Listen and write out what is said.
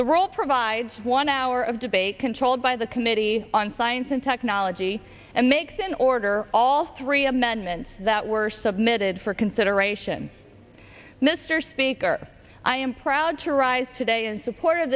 the role provides one hour of debate controlled by the committee on science and technology and makes in order all three amendments that were submitted for consideration mr speaker i am proud to rise today in support of